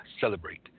celebrate